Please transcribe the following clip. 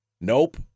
Nope